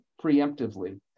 preemptively